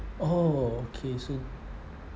oh okay so